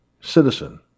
citizen